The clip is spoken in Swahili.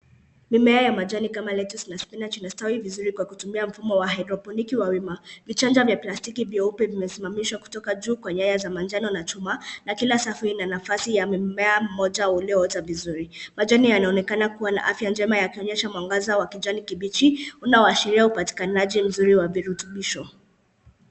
Mimea ya majani kama lettuce na spinach inastawi vizuri kwa kutumia mfumo wa hydroponic wa wima. Vichanja vya plastiki vyeupe vimesimamishwa kutoka juu kwa nyaya za njano na chuma na kila safu ina nafasi ya mmea mmoja ulioota vizuri. Majani yanaonekana kuwa na afya njema yakionyesha mwangaza wa kijani kibichi unaoashiria upatikanaji mzuri wa virutubisho.